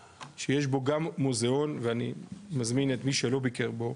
שיש בו גם מוזיאון ואני מזמין את מי שלא ביקר בו,